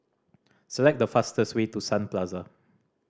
select the fastest way to Sun Plaza